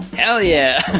hell yeah.